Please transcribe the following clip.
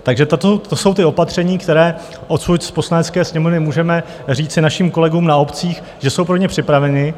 Takže to jsou ta opatření, která odsud z Poslanecké sněmovny můžeme říci našim kolegům na obcích, že jsou pro ně připravena.